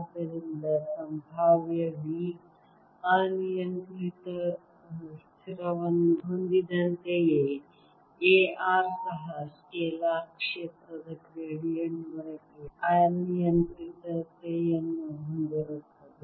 ಆದ್ದರಿಂದ ಸಂಭಾವ್ಯ V ಅನಿಯಂತ್ರಿತ ಸಮಯ ನೋಡಿ 0455 ಸ್ಥಿರವನ್ನು ಹೊಂದಿದಂತೆಯೇ A r ಸಹ ಸ್ಕೇಲಾರ್ ಕ್ಷೇತ್ರದ ಗ್ರೇಡಿಯಂಟ್ ವರೆಗೆ ಅನಿಯಂತ್ರಿತತೆಯನ್ನು ಹೊಂದಿರುತ್ತದೆ